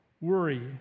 worry